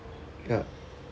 yup